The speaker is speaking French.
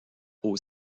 aux